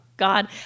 God